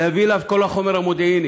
להביא אליו את כל החומר המודיעיני,